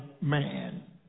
man